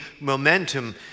momentum